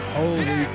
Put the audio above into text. Holy